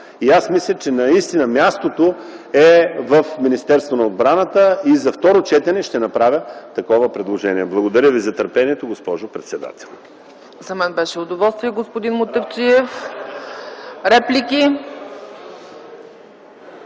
и аз мисля, че наистина мястото е в Министерството на отбраната. За второ четене ще направя такова предложение. Благодаря Ви за търпението, госпожо председател. ПРЕДСЕДАТЕЛ ЦЕЦКА ЦАЧЕВА: За мен беше удоволствие, господин Мутафчиев. (Смях.)